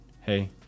hey